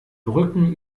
brücken